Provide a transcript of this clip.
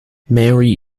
mary